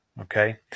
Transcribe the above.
Okay